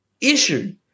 issue